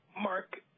Mark